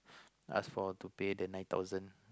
ask for to pay the nine thousand